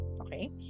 okay